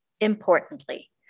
Importantly